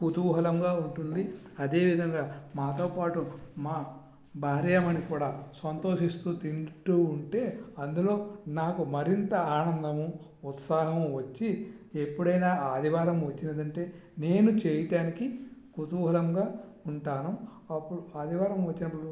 కుతూహలంగా ఉంటుంది అదేవిధంగా మాతోపాటు మా భార్యామణి కూడా సంతోషిస్తూ తింటూ ఉంటే అందులో నాకు మరింత ఆనందము ఉత్సాహము వచ్చి ఎప్పుడైనా ఆదివారం వచ్చినదంటే నేను చేయటానికి కుతూహలంగా ఉంటాను అప్పుడు ఆదివారం వచ్చినప్పుడు